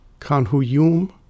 Kanhuyum